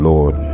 Lord